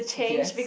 yes